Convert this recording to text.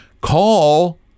call